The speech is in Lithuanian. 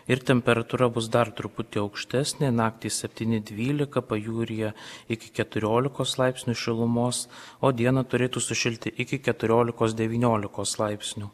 ir temperatūra bus dar truputį aukštesnė naktį septyni dvylika pajūryje iki keturiolikos laipsnių šilumos o dieną turėtų sušilti iki keturiolikos devyniolikos laipsnių